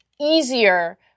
easier